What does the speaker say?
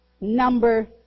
number